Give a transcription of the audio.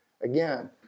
Again